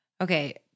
Okay